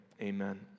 amen